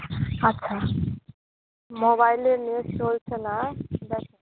আচ্ছা মোবাইলে নেট চলছে না